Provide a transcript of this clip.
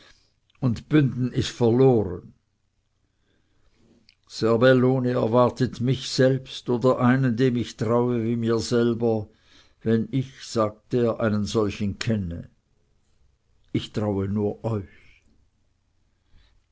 und bünden ist verloren serbelloni erwartet mich selbst oder einen dem ich traue wie mir selber wenn ich sagt er einen solchen kenne ich traue nur euch